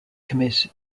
commit